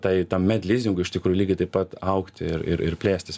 tai tam medlizingui iš tikrųjų lygiai taip pat augti ir ir ir plėstis